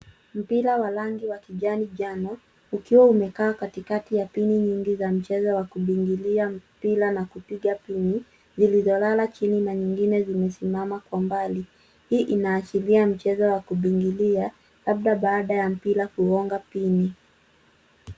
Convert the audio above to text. Mpira wa rangi ya kijani jano, ukiwa umekaa katikati ya pini nyingi za mchezo wa kubingiria mpira na kupiga pini, zilizolala chini na nyingine zimesimama kwa mbali. Hii inaashiria mchezo wa kubingiria, labda baada ya mpira kugonga pini.